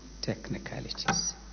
Technicalities